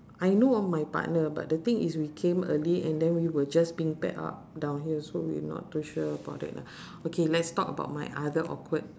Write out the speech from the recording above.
I know of my partner but the thing is we came early and then we were just being paired up down here so we not to sure about that lah okay let's talk about my other awkward